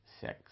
six